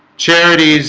charities